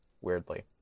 weirdly